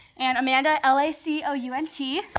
and amanda l a c o u n t.